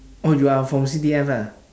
oh you are from C_D_F lah